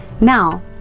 Now